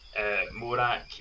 Morak